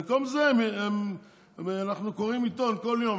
במקום זה אנחנו קוראים עיתון כל יום,